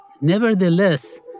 nevertheless